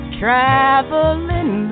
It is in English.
traveling